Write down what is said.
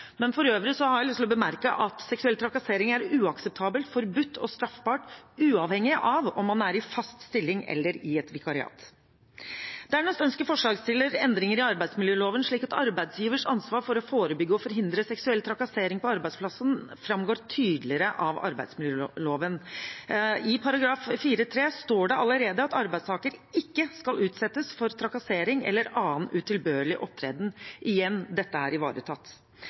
For øvrig har jeg lyst til å bemerke at seksuell trakassering er uakseptabelt, forbudt og straffbart, uavhengig av om man er i fast stilling eller i et vikariat. Dernest ønsker forslagsstiller endringer i arbeidsmiljøloven, slik at arbeidsgivers ansvar for å forebygge og forhindre seksuell trakassering på arbeidsplassen framgår tydeligere av arbeidsmiljøloven. I § 4-3 står det allerede at arbeidstaker ikke skal «utsettes for trakassering eller annen utilbørlig opptreden». Igjen – dette er ivaretatt.